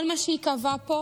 כל מה שייקבע פה